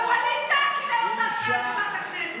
ווליד טאהא עמד פה וקילל אותי.